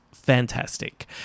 fantastic